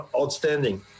outstanding